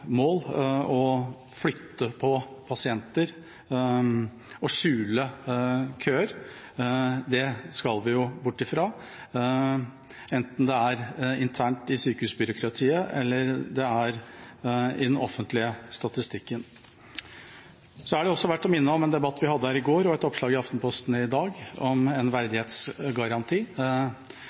mål å flytte på pasienter og skjule køer. Det skal vi bort fra, enten det er internt i sykehusbyråkratiet eller i den offentlige statistikken. Det er også verdt å minne om en debatt vi hadde her i går og et oppslag i Aftenposten i dag om en verdighetsgaranti,